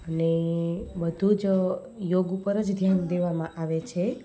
અને બધું જ યોગ ઉપર જ ધ્યાન દેવામાં આવે છે